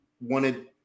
wanted